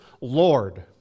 Lord